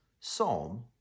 Psalm